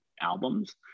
albums